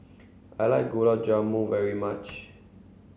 I like Gulab Jamun very much